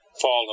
Follow